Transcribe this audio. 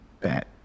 bad